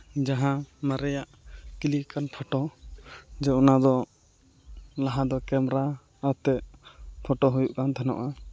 ᱡᱟᱦᱟᱸ ᱢᱟᱨᱮᱭᱟᱜ ᱠᱞᱤᱠ ᱟᱠᱟᱱ ᱯᱷᱚᱴᱳ ᱡᱮ ᱚᱱᱟ ᱫᱚ ᱞᱟᱦᱟ ᱫᱚ ᱠᱮᱢᱮᱨᱟᱣᱟᱛᱮᱫ ᱯᱷᱚᱴᱳ ᱦᱩᱭᱩᱜ ᱠᱟᱱ ᱛᱟᱦᱮᱱᱚᱜᱼᱟ